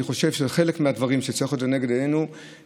אני חושב שזה חלק מהדברים שצריכים להיות לנגד עינינו,